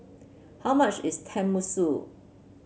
how much is Tenmusu